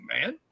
man